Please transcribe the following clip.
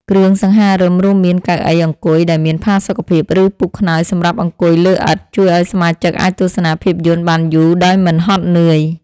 គ្រឿងសង្ហារិម រួមមានកៅអីអង្គុយដែលមានផាសុកភាព ឬពូកខ្នើយសម្រាប់អង្គុយលើឥដ្ឋ ជួយឱ្យសមាជិកអាចទស្សនាភាពយន្តបានយូរដោយមិនហត់នឿយ។